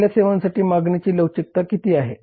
आपल्या सेवांसाठी मागणीची लवचिकता किती आहे